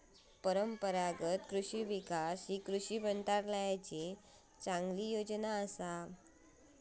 परंपरागत कृषि विकास ही कृषी मंत्रालयाची चांगली योजना असा